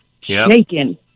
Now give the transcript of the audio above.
shaking